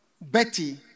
Betty